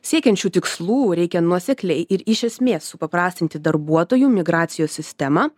siekiant šių tikslų reikia nuosekliai ir iš esmės supaprastinti darbuotojų migracijos sistemą